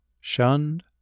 shunned